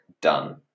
done